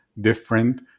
different